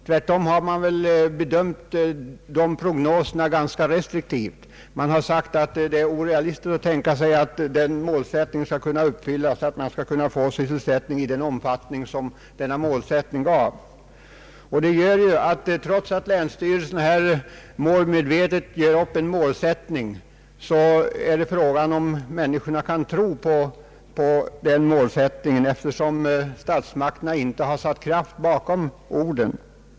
Tvärtom har man väl bedömt de prognoserna ganska restriktivt och sagt att det är orealistiskt att tänka sig att den målsättningen skall kunna uppfyllas och att sysselsättning skall kunna beredas i den omfattningen. Trots att länsstyrelserna målmedvetet har gjort upp en målsättning är det fråga om människorna kan tro på denna, eftersom statsmakterna inte har satt kraft bakom orden.